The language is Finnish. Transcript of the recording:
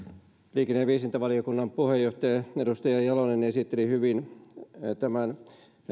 liikenne ja viestintävaliokunnan puheenjohtaja edustaja jalonen esitteli hyvin tämän